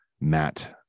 Matt